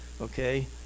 okay